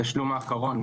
התשלום האחרון,